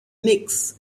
knicks